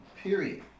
period